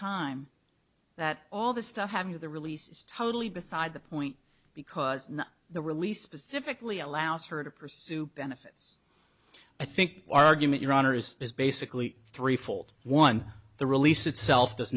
time that all this stuff have you the release is totally beside the point because the release specifically allows her to pursue benefits i think argument your honor is is basically three fold one the release itself does